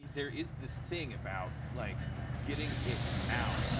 there is this thing about like getting it out.